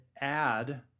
add